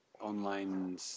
Online